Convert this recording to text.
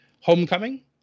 Homecoming